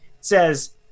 says